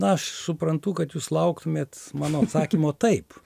aš suprantu kad jūs lauktumėt mano atsakymo taip